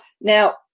now